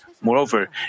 Moreover